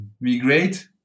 migrate